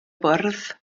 bwrdd